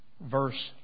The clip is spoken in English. verse